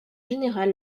général